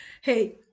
hey